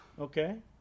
okay